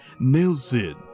Nelson